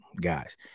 Guys